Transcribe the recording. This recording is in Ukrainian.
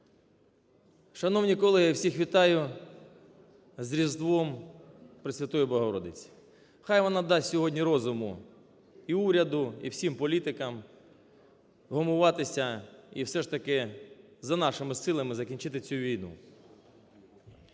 Шановні колеги, всіх вітаю з Різдвом Пресвятої Богородиці! Хай вона дасть сьогодні розуму і уряду, і всім політикам вгамуватися і все ж таки за нашими силами закінчити цю війну.